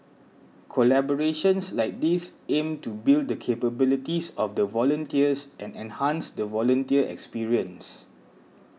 collaborations like these aim to build the capabilities of the volunteers and enhance the volunteer experience